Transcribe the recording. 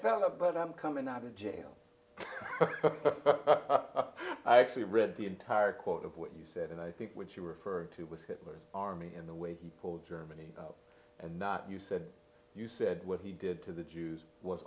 fella but i'm coming out of jail i actually read the entire quote of what you said and i think what you referred to was hitler's army and the way for germany and not you said you said what he did to the jews was